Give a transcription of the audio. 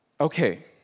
Okay